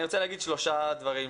אני רוצה לומר שלושה דברים.